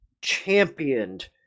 championed